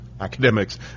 academics